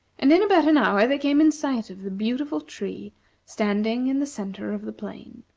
and in about an hour they came in sight of the beautiful tree standing in the centre of the plain.